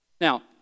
Now